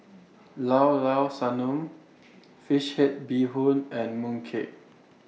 Llao Llao Sanum Fish Head Bee Hoon and Mooncake